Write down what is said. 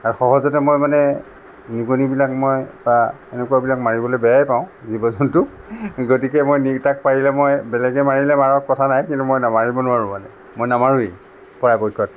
আৰু সহজতে মই মানে নিগনীবিলাক মই বা এনেকুৱা বিলাক মাৰিবলৈ বেয়াই পাওঁ জীৱ জন্তু গতিকে মই তাক পাৰিলে মই বেলেগে মাৰিলে মাৰক কথা নাই কিন্তু মই মাৰিব নোৱাৰোঁ মানে মই নামাৰোঁৱেই পৰাপক্ষত